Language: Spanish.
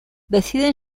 deciden